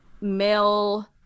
male